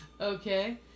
Okay